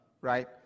Right